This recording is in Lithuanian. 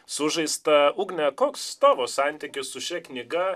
sužaista ugne koks tavo santykis su šia knyga